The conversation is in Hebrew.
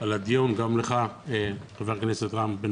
על הדיון וגם לך ח"כ רם בן